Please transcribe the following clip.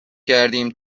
کردیم